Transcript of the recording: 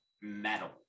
metal